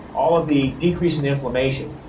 all of the decrease in inflammation.